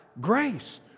grace